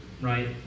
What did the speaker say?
Right